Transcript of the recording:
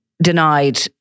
denied